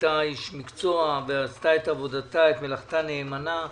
הייתה אשת מקצוע ועשתה את מלאכתה נאמנה.